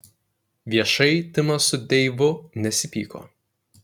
viešai timas su deivu nesipyko